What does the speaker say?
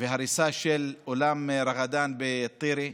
והריסה של אולם רגאדן בטירה.